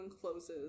closes